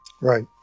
Right